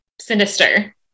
sinister